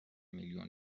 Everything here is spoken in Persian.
میلیون